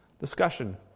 Discussion